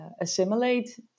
assimilate